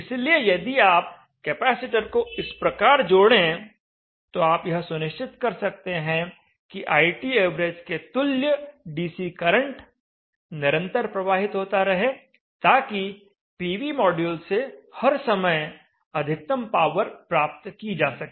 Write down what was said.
इसलिए यदि आप कैपेसिटर को इस प्रकार जोड़ें तो आप यह सुनिश्चित कर सकते हैं कि ITav के तुल्य डीसी करंट निरंतर प्रवाहित होता रहे ताकि पीवी मॉड्यूल से हर समय अधिकतम पावर प्राप्त की जा सके